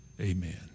amen